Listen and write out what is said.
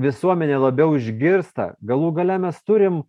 visuomenė labiau išgirsta galų gale mes turim